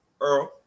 Earl